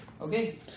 Okay